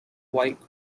white